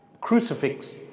crucifix